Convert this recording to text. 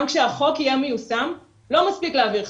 גם כשהחוק יהיה מיושם, לא מספיק להעביר חקיקה,